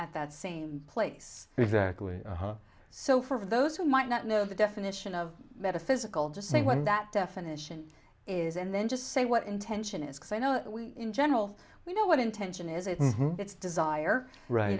at that same place exactly so for those who might not know the definition of metaphysical just say when that definition is and then just say what intention is we in general we know what intention is it it's desire right